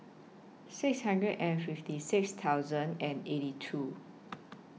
six hundred and fifty six thousand and eighty two